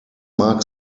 mag